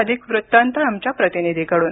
अधिक वृत्तांत आमच्या प्रतिनिधीकडून